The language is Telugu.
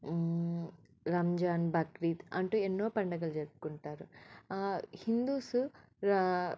రంజాన్ బక్రీద్ అంటూ ఎన్నో పండుగలు జరుపుకుంటారు హిందూస్